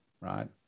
right